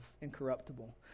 incorruptible